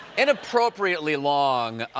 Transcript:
inappropriately long,